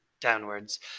downwards